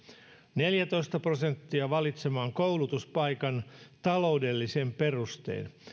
neljätoista prosenttia valitsemaan koulutuspaikan taloudellisin perustein